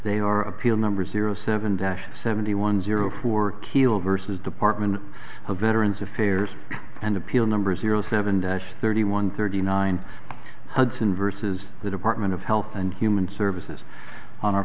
they are appeal number zero seven dash seventy one zero four keel versus department of veterans affairs and appeal number zero seven dash thirty one thirty nine hudson vs the department of health and human services on our